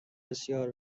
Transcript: بسیار